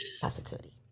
positivity